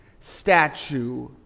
statue